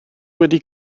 wedi